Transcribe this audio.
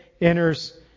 Enters